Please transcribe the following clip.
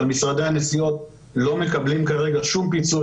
משרדי הנסיעות לא מקבלים כרגע שום פיצוי,